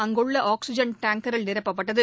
அங்குள்ள ஆக்சிஜன் டேங்கரில் நிரப்பப்பட்டது